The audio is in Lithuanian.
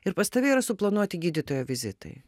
ir pas tave yra suplanuoti gydytojo vizitai